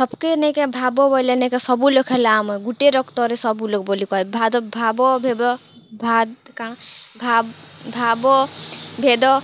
ସବ୍କେ ନାଇ କାଏଁ ଭାବ୍ବ ବଏଲେ ନାଇ କାଏଁ ସବୁ ଲୋକ୍ ହେଲା ଆମର୍ ଗୁଟେ ରକ୍ତରେ ସବୁ ଲୋକ୍ ବୋଲି କହେବେ ଭାବ ଭେଦ ଭାବ୍ ଭେଦ